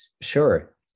sure